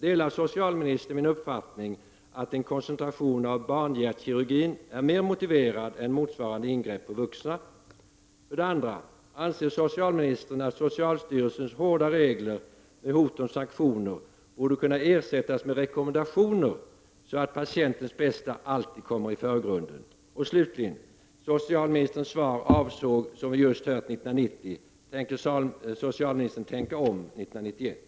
Delar socialministern min uppfattning att en kon centration är mera motiverad när det gäller barnhjärtkirurgin än när det gäller motsvarande ingrepp på vuxna? Anser socialministern att socialstyrelsens hårda regler med hot om sanktioner borde kunna ersättas med rekommendationer så att patientens bästa alltid kommer i förgrunden? Socialministerns svar avsåg som vi just har hört år 1990. Tänker socialministern tänka om 1991?